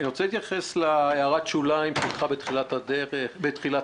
אני רוצה להתייחס להערת השוליים שלך בתחילת הסקירה,